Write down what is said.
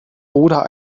oder